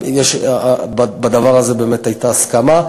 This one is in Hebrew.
אבל בדבר הזה באמת הייתה הסכמה.